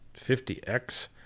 50x